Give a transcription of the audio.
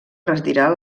retirar